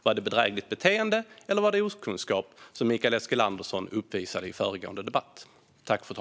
Var det bedrägligt beteende eller okunskap som Mikael Eskilandersson uppvisade i föregående debatt?